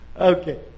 Okay